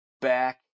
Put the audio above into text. back